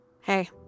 hey